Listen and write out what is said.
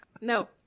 No